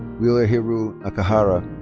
wheeler hiroo nakahara.